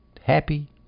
happy